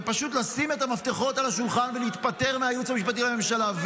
ופשוט לשים את המפתחות על השולחן ולהתפטר מהייעוץ המשפטי לממשלה.